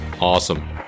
awesome